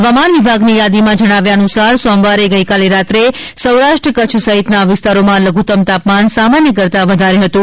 હવામાન વિભાગની યાદીમા જણાવ્યા અનુસાર સોમવારે ગઇકાલે રાત્રે સોરાષ્ટ્ર કચ્છ સહિતના વિસ્તારોમાં લધુત્તમ તાપમાન સામાન્ય કરતા વધારે હતુ